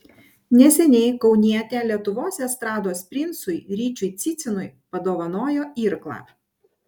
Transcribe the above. neseniai kaunietė lietuvos estrados princui ryčiui cicinui padovanojo irklą